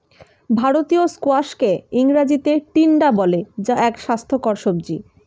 ভারতীয় স্কোয়াশকে ইংরেজিতে টিন্ডা বলে যা এক স্বাস্থ্যকর সবজি